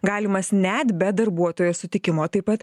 galimas net be darbuotojo sutikimo taip pat